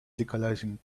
legalizing